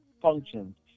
functions